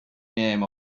name